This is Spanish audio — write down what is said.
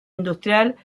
industrial